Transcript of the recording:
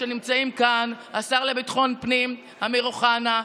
שנמצאים כאן: השר לביטחון הפנים אמיר אוחנה,